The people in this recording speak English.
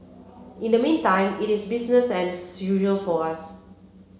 in the meantime it is business as usual for us